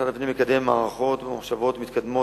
משרד הפנים מקדם מערכות ממוחשבות מתקדמות